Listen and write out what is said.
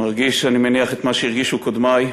מרגיש, אני מניח, את מה שהרגישו קודמי,